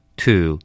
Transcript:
two